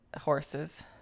horses